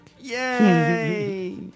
Yay